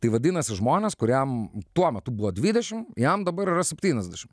tai vadinasi žmonės kuriem tuo metu buvo dvidešim jam dabar yra septyniasdešim